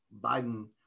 Biden